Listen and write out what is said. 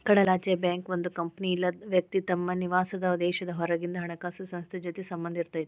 ಕಡಲಾಚೆಯ ಬ್ಯಾಂಕ್ ಒಂದ್ ಕಂಪನಿ ಇಲ್ಲಾ ವ್ಯಕ್ತಿ ತಮ್ ನಿವಾಸಾದ್ ದೇಶದ್ ಹೊರಗಿಂದ್ ಹಣಕಾಸ್ ಸಂಸ್ಥೆ ಜೊತಿ ಸಂಬಂಧ್ ಇರತೈತಿ